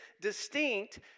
distinct